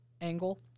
angle